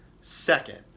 Second